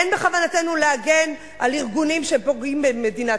אין בכוונתנו להגן על ארגונים שפוגעים במדינת